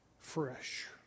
fresh